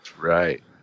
Right